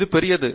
அது பெரியது